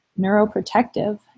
neuroprotective